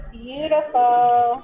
beautiful